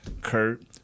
Kurt